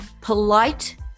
polite